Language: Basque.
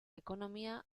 ekonomia